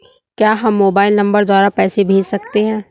क्या हम mobile number द्वारा पैसे भेज सकते हैं?